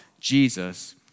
Jesus